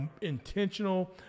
intentional